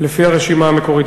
לפי הרשימה המקורית.